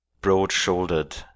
broad-shouldered